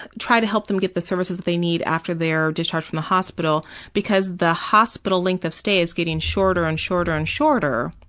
try to help them get the services they need after their discharge from the hospital because the hospital length of stay is getting shorter and shorter and shorter.